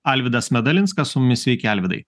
alvydas medalinskas su mumis sveiki alvydai